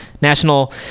national